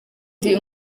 ndi